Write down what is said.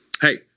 Hey